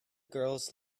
girls